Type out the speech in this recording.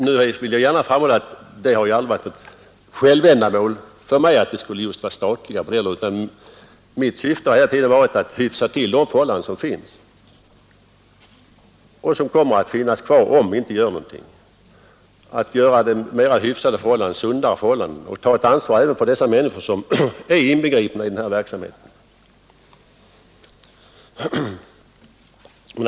Jag vill gärna framhålla att det aldrig har varit något huvudönskemål för mig att det skulle vara just statliga bordeller. Mitt syfte har hela tiden varit att hyfsa till de förhållanden som finns och som kommer att finnas kvar om vi inte företar oss något —, att göra hållandena sundare och ta ett ansvar även för de människor som är inbegripna i denna verksamhet.